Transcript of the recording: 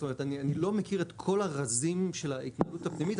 זאת אומרת אני לא מכיר את כל הרזים של ההתנהלות הפנימית.